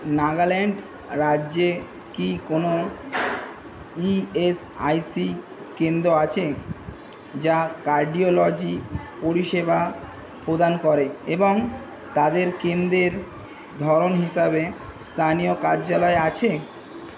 নাগাল্যাণ্ড রাজ্যে কি কোনও ইএসআইসি কেন্দ্র আছে যা কার্ডিওলজি পরিষেবা প্রদান করে এবং তাদের কেন্দ্রের ধরন হিসাবে স্থানীয় কার্যালয় আছে